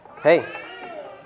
Hey